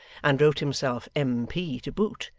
and wrote himself m p. to boot,